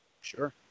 Sure